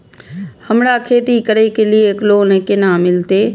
हमरा खेती करे के लिए लोन केना मिलते?